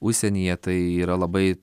užsienyje tai yra labai